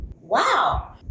wow